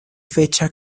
fecha